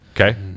okay